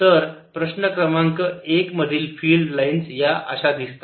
तर प्रश्न क्रमांक एक मधील फिल्ड लाइन्स या अशा दिसतात